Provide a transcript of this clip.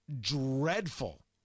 dreadful